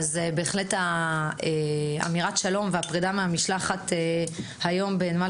בהחלט אמירת שלום והפרידה מהמשלחת היום בנמל